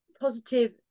positive